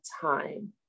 time